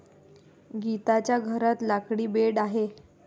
गीताच्या घरात लाकडी बेड आहे